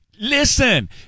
Listen